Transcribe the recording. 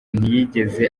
ntiyigeze